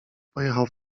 pojechał